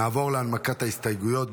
נעבור להנמקת ההסתייגויות.